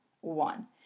one